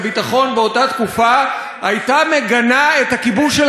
תקופה הייתה מגנה את הכיבוש של אנטיוכוס.